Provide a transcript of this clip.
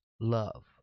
love